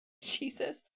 Jesus